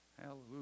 Hallelujah